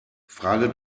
frage